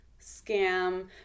scam